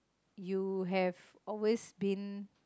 you have always been